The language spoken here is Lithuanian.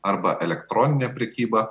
arba elektroninė prekyba